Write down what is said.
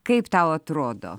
kaip tau atrodo